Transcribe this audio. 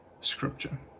Scripture